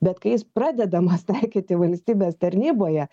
bet kai jis pradedamas taikyti valstybės tarnyboje